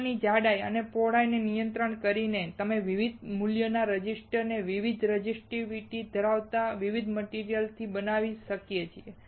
ફિલ્મની જાડાઈ અને પહોળાઈને નિયંત્રિત કરીને અમે વિવિધ મૂલ્યોના રેઝિસ્ટરને વિવિધ રેઝિસ્ટિવિટી ધરાવતા વિવિધ મટીરીયલથી બનાવી શકીએ છીએ